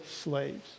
slaves